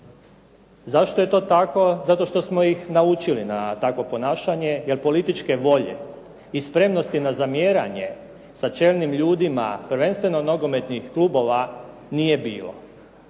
Zašto je to tako? Zato što smo ih naučili na takvo ponašanje jer političke volje i spremnosti na zamjeranje sa čelnim ljudima, prvenstveno nogometnih klubova nije bilo.